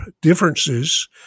differences